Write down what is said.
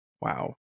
Wow